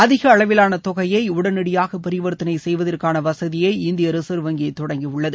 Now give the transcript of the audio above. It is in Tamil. அதிக அளவிலான தொகையை உடனடியாக பரிவர்த்தனை செய்வதற்கான வசதியை இந்திய ரிசர்வ் வங்கி தொடங்கியுள்ளது